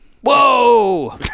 Whoa